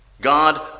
God